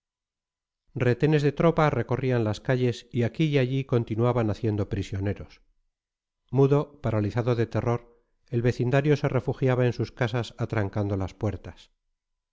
retenes de tropa recorrían las calles y aquí y allí continuaban haciendo prisioneros mudo paralizado de terror el vecindario se refugiaba en sus casas atrancando las puertas